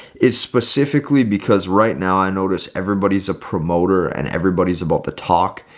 is specifically because right now i noticed everybody's a promoter and everybody's about the talk.